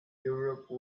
europe